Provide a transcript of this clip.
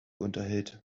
unterhält